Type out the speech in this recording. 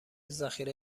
ذخیره